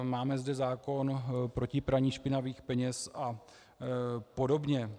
Máme zde zákon proti praní špinavých peněz a podobně.